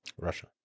Russia